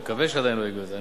אני מקווה שעדיין לא הגיעו לזה.